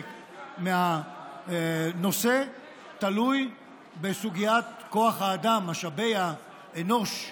מהנושא תלוי בסוגיית כוח אדם, משאבי אנוש,